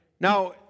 Now